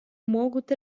могут